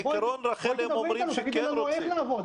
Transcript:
אולי תדברי אתנו ותאמרי לנו איך לעבוד,